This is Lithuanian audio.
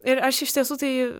ir aš iš tiesų tai